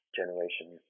generation